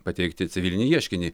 pateikti civilinį ieškinį